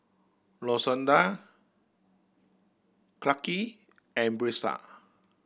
Lashonda Clarke and Brisa